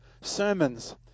sermons